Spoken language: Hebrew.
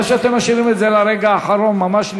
חבל שאתם משאירים את זה לרגע האחרון ממש,